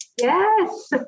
Yes